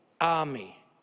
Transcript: army